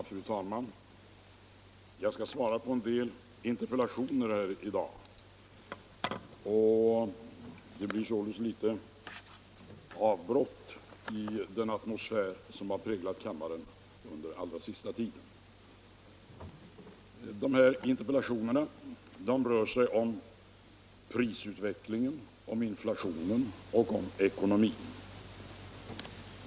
Fru talman! Jag skall svara på några interpellationer. Det blir således nu ett litet avbrott i den atmosfär som präglat kammren de senaste timmarna. De interpellationer jag skall besvara rör prisutvecklingen, inflationen och ekonomin.